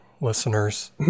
listeners